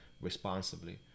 responsibly